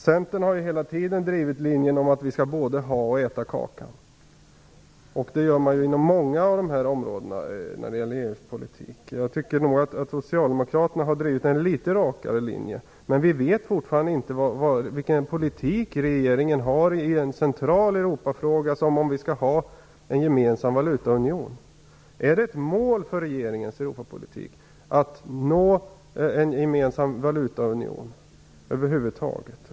Centern har hela tiden drivit linjen om att vi både skall äta kakan och ha den kvar. Det gör man på många av EU:s politikområden. Jag tycker nog att Socialdemokraterna har drivit en något rakare linje. Vi vet fortfarande inte vilken politik regeringen står för i en så central Europafråga som om vi skall ingå i en gemensam valutaunion. Är det över huvud taget ett mål för regeringens Europapolitik att uppnå en gemensam valutaunion? Vilken politik för ni?